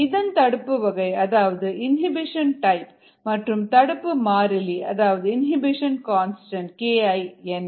இதன் தடுப்பு வகை அதாவது இனிபிஷன் டைப் மற்றும் தடுப்பு மாறிலி அதாவது இனிபிஷன் கான்ஸ்டன்ட் KI என்ன